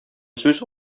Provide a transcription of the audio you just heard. сүз